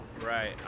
Right